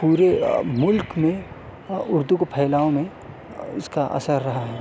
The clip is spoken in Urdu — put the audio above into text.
پورے ملک میں اردو کو پھیلاؤ میں اس کا اثر رہا ہے